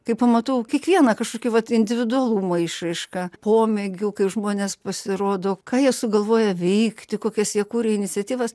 kai pamatau kiekvieną kažkokį vat individualumo išraiška pomėgių kaip žmonės pasirodo ką jie sugalvoja vykti kokias jie kuria iniciatyvas